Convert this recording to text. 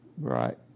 Right